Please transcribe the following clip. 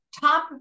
top